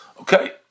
Okay